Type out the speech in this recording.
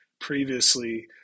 previously